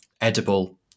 edible